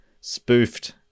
spoofed